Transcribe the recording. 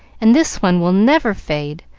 and this one will never fade,